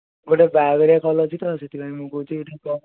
ଗୋଟେ ବାହାଘରିଆ କଲ୍ ଅଛି ତ ସେଥିପାଇଁ ମୁଁ କହୁଛି